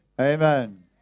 Amen